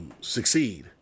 succeed